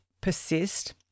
persist